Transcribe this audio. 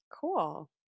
Cool